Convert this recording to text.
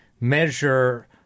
measure